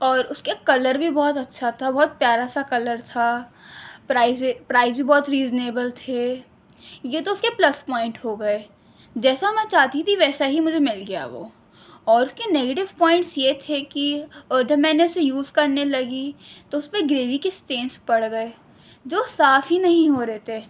اور اس کے کلر بھی بہت اچھا تھا بہت پیارا سا کلر تھا پرائز پرائز بھی بہت ریزنیبل تھے یہ تو اس کے پلس پوائنٹ ہو گئے جیسا میں چاہتی تھی ویسا ہی مجھے مل گیا وہ اور اس کے نگیٹیو پوائنٹس یہ تھے کہ اور جب میں نے اسے یوز کرنے لگی تو اس پہ گریوی کے اسٹینس پڑ گئے جو صاف ہی نہیں ہو رہے تھے